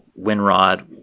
Winrod